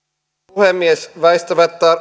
puhemies väistämättä